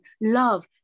love